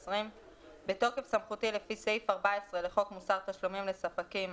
2020 בתוקף סמכותי לפי סעיף 14 לחוק מוסר תשלומים לספקים,